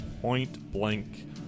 point-blank